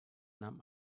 nahm